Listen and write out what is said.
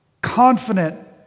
confident